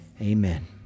Amen